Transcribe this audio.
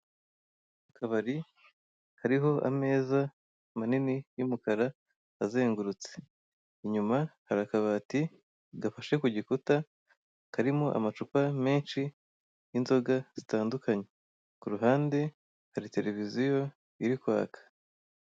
Akabari kariho ameza manini y'umukara azengurutse inyuma hari akabati gafashe ku gikuta karimo amacupa menshi y'inzoga zitandukanye ku ruhande hari tereviziyo iri kwaka.